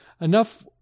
enough